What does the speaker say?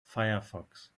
firefox